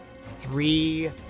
three-